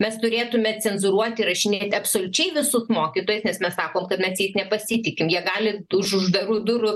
mes turėtume cenzūruoti įrašinėt absoliučiai visus mokytojus nes mes sakom kad mes jais nepasitikim jie gali už uždarų durų